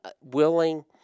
willing